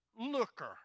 looker